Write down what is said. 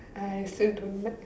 I also don't like